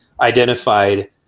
identified